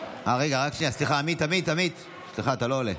אה רגע, עמית, סליחה, אתה לא עולה.